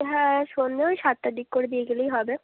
হ্যাঁ সন্ধ্যে ওই সাতটার দিক করে দিয়ে গেলেই হবে